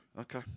Okay